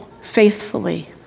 faithfully